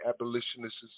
abolitionist's